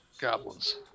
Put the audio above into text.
goblins